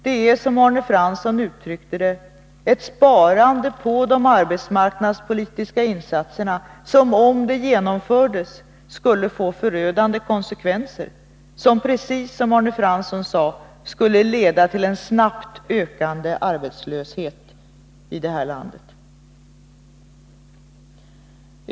Det är, som Arne Fransson uttryckte det, ett sparande på de arbetsmarknadspolitiska insatserna som — om det genomförs — skulle få förödande konsekvenser. Precis som Arne Fransson sade skulle det leda till en snabbt ökande arbetslöshet i landet.